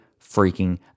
freaking